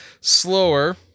slower